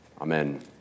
Amen